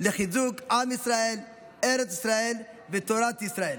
לחיזוק עם ישראל, ארץ ישראל ותורת ישראל.